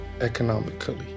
economically